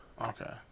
Okay